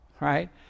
right